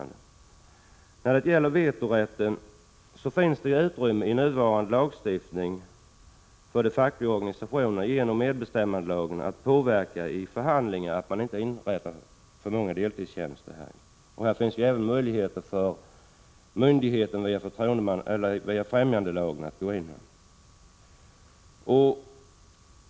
När det gäller vetorätten finns det i nuvarande lagstiftning utrymme för de fackliga organisationerna att genom förhandlingar enligt medbestämmandelagen påverka så att det inte inrättas för många deltidstjänster. Här finns även möjlighet för myndigheterna att gå in via främjandelagen.